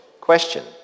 question